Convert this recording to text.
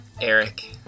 Eric